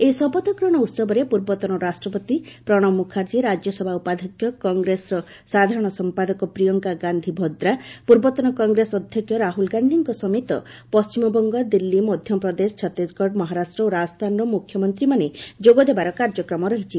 ଏହି ଶପଥଗ୍ରହଣ ଉତ୍ସବରେ ପୂର୍ବତନ ରାଷ୍ଟ୍ରପତି ପ୍ରଣବ ମୁଖାର୍ଚ୍ଚୀ ରାକ୍ୟସଭା ଉପାଧ୍ୟକ୍ଷ କଂଗ୍ରେସର ସାଧାରଣ ସମ୍ପାଦକ ପ୍ରିୟଙ୍କା ଗାନ୍ଧୀ ଭଦ୍ରା ପୂର୍ବତନ କଂଗ୍ରେସ ଅଧ୍ୟକ୍ଷ ରାହୁଳ ଗାନ୍ଧୀଙ୍କ ସମେତ ପଶ୍ଚିମବଙ୍ଗ ଦିଲ୍ଲୀ ମଧ୍ୟପ୍ରଦେଶ ଛତିଶଗଡ଼ ମହାରାଷ୍ଟ୍ର ଓ ରାଜସ୍ଥାନର ମୁଖ୍ୟମନ୍ତ୍ରୀମାନେ ଯୋଗଦେବାର କାର୍ଯ୍ୟକ୍ରମ ରହିଛି